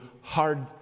hard